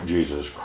Jesus